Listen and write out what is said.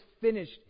finished